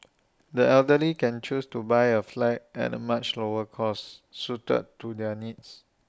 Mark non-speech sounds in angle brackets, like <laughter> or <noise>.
<noise> the elderly can choose to buy A flat at the much lower cost suited to their needs